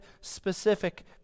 specific